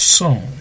song